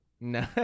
No